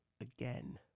again